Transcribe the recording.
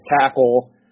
tackle